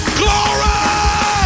glory